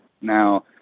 Now